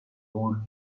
old